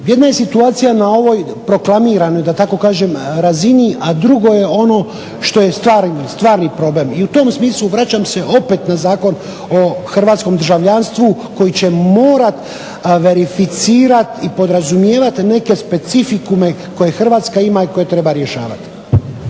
jedna je situacija na ovoj proklamiranoj da tako kažem razini, a drugo je ono što je stvarni problem. I u tom smislu vraćam se opet na Zakon o hrvatskom državljanstvu koji će morati verificirati i podrazumijevati neke specifikume koje Hrvatska ima i koje treba rješavati.